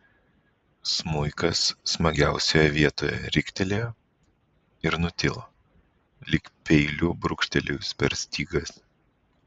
smuikas smagiausioje vietoj riktelėjo ir nutilo lyg peiliu brūkštelėjus per stygas